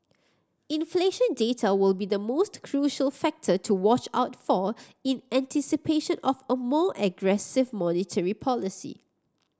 inflation data will be the most crucial factor to watch out for in anticipation of a more aggressive monetary policy